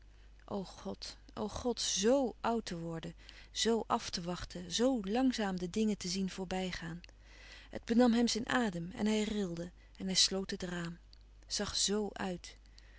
god o god zo oud te worden z af te wachten zoo langzaam de dingen te zien voorbijgaan het benam hem zijn adem en hij rilde en hij sloot het raam zag z uit